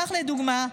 כך לדוגמה,